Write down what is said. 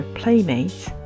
playmates